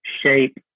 shape